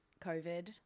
covid